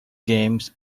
games